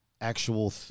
actual